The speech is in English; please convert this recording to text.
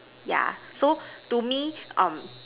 yeah so to me um